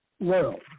world